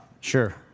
Sure